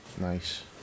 Nice